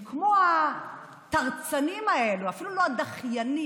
הם כמו התרצנים האלו, אפילו לא הדחיינים.